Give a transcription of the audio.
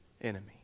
enemy